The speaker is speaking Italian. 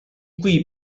qui